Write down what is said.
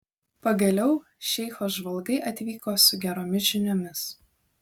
pagaliau šeicho žvalgai atvyko su geromis žiniomis